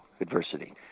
adversity